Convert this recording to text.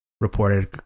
reported